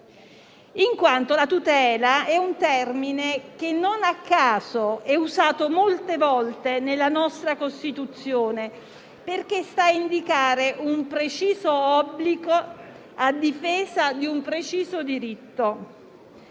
è infatti un termine che, non a caso, è usato molte volte nella nostra Costituzione, perché sta ad indicare un preciso obbligo, a difesa di un preciso diritto